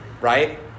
right